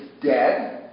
dead